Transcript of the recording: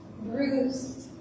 bruised